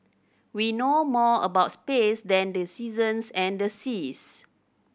we know more about space than the seasons and the seas